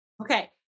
Okay